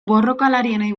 borrokalarienei